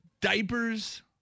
Diapers